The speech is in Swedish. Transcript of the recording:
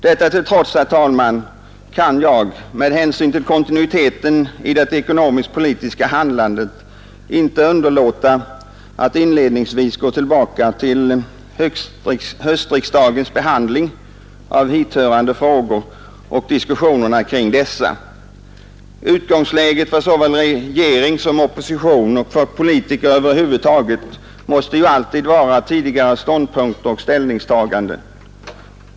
Detta till trots, herr talman, kan jag med hänsyn till kontinuiteten i det ekonomisk-politiska handlandet inte underlåta att inledningsvis gå tillbaka till höstriksdagens behandling av hithörande frågor och diskussionerna kring dessa. Utgångsläget för såväl regering som opposition och politiker över huvud taget måste ju alltid vara tidigare ståndpunkter och ställningstaganden.